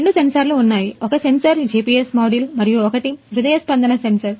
రెండు సెన్సార్లు ఉన్నాయి ఒక సెన్సార్ GPS మాడ్యూల్ మరియు ఒకటి హృదయ స్పందన సెన్సార్